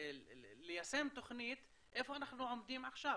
וליישם תוכנית איפה אנחנו עומדים עכשיו?